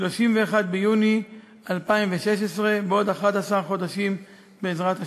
31 ביוני 2016, עוד 11 חודשים, בעזרת השם.